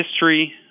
history